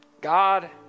god